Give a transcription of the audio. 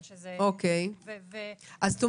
את אומרת שזאת נגזרת.